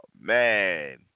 man